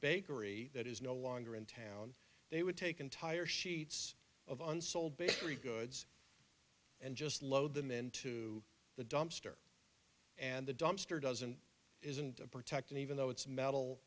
bakery that is no longer in town they would take entire sheets of unsold bakery goods and just load them into the dumpster and the dumpster doesn't isn't a protected even though it's metal